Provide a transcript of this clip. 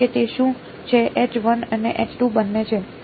અને કારણ કે તે શું છે અને બને છે